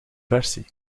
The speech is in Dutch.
versie